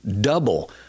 double